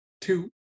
two